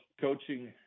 coaching